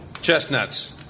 Chestnuts